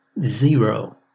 Zero